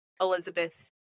Elizabeth